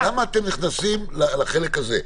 אבל רגע, קארין, למה אתם נכנסים לחלק הזה?